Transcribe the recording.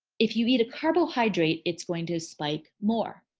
if you eat a carbohydrate, it's going to spike more.